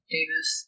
Davis